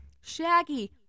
Shaggy